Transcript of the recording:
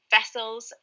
Vessels